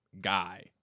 Guy